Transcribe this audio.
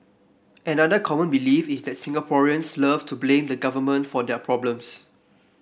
another common belief is that Singaporeans love to blame the Government for their problems